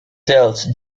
tells